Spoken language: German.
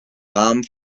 rahmen